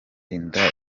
inda